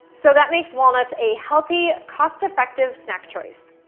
so that makes walnuts a healthy, cost-effective snack choice.